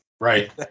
Right